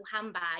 handbag